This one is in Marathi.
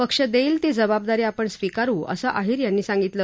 पक्ष देईल ती जबाबदारी आपण स्वीकारु असं अहिर यांनी सांगितलं